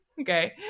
okay